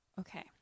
okay